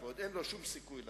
אלינו".